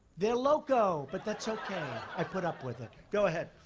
they're loco. but that's okay. i put up with it. go ahead.